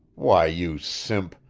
why, you simp,